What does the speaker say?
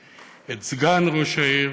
סגן ראש העיר,